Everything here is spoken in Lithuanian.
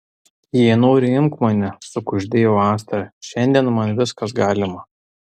jei nori imk mane sukuždėjo astra šiandien man viskas galima